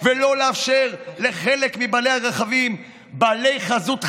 ולא לאפשר לחלק מבעלי הרכבים, בעלי חזות חרדית,